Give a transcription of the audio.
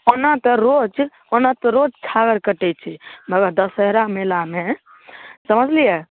ओना तऽ रोज ओना तऽ रोज छागर कटै छै मगर दसहरा मेलामे समझलिए